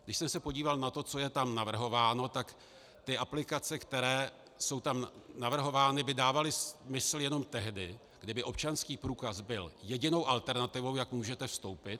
Když jsem se podíval na to, co je tam navrhováno, tak ty aplikace, které jsou tam navrhovány, by dávaly smysl jenom tehdy, kdyby občanský průkaz byl jedinou alternativou, jak můžete vstoupit.